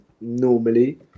normally